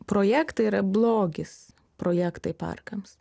projektai yra blogis projektai parkams